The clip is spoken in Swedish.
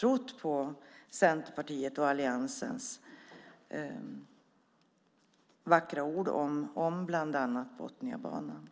trott på Centerpartiets och alliansens vackra ord om bland annat Botniabanan.